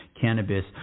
cannabis